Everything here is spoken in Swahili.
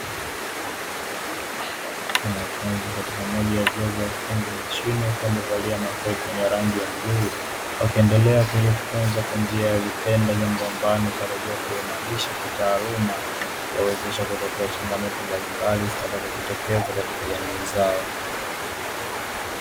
Wanafunzi katika moja ya vyuo vya ufundi nchini, wakiwa wamevalia makoti yenye rangi ya bluu wakiendelea kujifunza kwa njia ya vitendo, jambo ambalo linatarajiwa kuimarisha kitaaluma kuwawezesha kutatua changamoto mbalimbali zitakazojitokeza katika jamii zao.